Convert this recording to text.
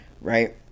right